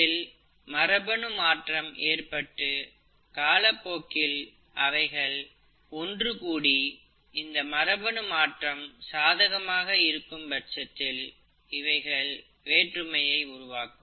இதில் மரபணு மாற்றம் ஏற்பட்டு காலப் போக்கில் அவைகள் ஒன்றுகூடி இந்த மரபணு மாற்றம் சாதகமாக இருக்கும் பட்சத்தில் இவைகள் வேற்றுமையை உருவாக்கும்